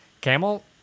camel